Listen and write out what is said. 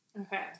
Okay